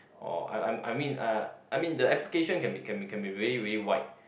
orh I I mean uh I mean the application can be can be really really wide